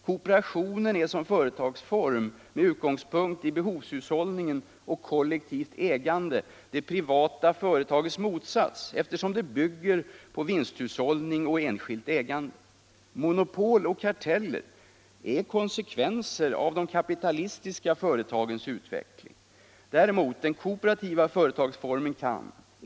Kooperationen är som företagsform med utgångspunkt i behovshushållningen och kollektivt ägande det privata företagets motsats eftersom detta bygger på vinsthushållning och enskilt ägande. Monopol och karteller är konsekvenser av de kapitalistiska företagens utveckling. Den kooperativa företagsformen kan däremot.